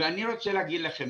אני רוצה להגיד לכם,